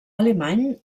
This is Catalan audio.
alemany